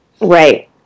Right